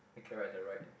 and carrot on the right